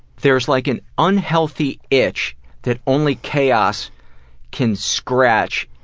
there's like an unhealthy itch that only chaos can scratch,